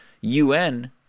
UN